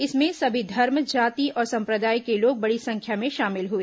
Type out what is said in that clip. इसमें सभी धर्म जाति और सम्प्रदाय के लोग बड़ी संख्या में शामिल हए